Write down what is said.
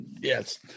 yes